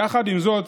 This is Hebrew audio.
יחד עם זאת,